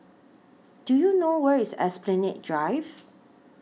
Do YOU know Where IS Esplanade Drive